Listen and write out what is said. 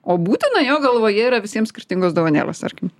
o būtina jo galvoje yra visiems skirtingos dovanėlės tarkim